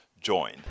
join